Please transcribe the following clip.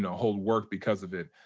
hold work because of it.